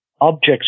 objects